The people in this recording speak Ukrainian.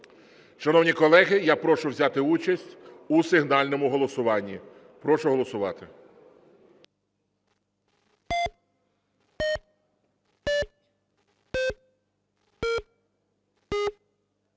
Шановні колеги, я прошу взяти участь у сигнальному голосуванні. Прошу голосувати.